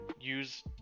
use